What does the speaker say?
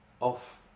off